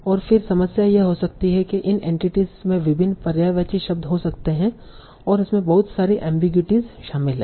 और फिर समस्या यह हो सकती है कि इन एंटिटीस में विभिन्न पर्यायवाची शब्द हो सकते हैं और इसमें बहुत सारी एमबीगुइटिस शामिल हैं